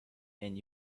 and